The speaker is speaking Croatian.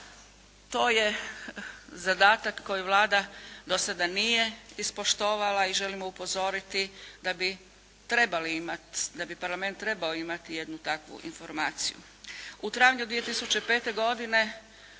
To je zadatak koji Vlada do sada nije ispoštovala i želimo upozoriti da bi trebali imati, da bi Parlament trebao imati jednu takvu informaciju.